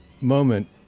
moment